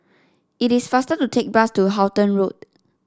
it is faster to take bus to Halton Road